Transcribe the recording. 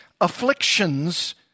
afflictions